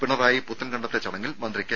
പിണറായി പുത്തൻകണ്ടത്തെ ചടങ്ങിൽ മന്ത്രി കെ